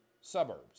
suburbs